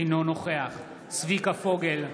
אינו נוכח צביקה פוגל,